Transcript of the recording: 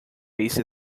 esse